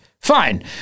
Fine